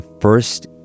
first